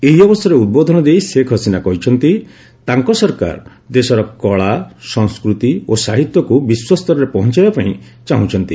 ଏହି ଅବସରରେ ଉଦବୋଧନ ନେଇ ଶେଖ୍ ହସିନା କହିଛନ୍ତି ତାଙ୍କ ସରକାର ଦେଶର କଳା ସଂସ୍କୃତି ଓ ସାହିତ୍ୟକୁ ବିଶ୍ୱସ୍ତରରେ ପହଞ୍ଚାଇବା ପାଇଁ ଚାହୁଁଛନ୍ତି